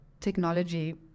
technology